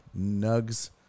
nugs